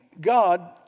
God